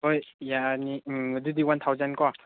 ꯍꯣꯏ ꯌꯥꯅꯤ ꯎꯝ ꯑꯗꯨꯗꯤ ꯋꯥꯟ ꯊꯥꯎꯖꯟꯀꯣ